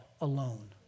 alone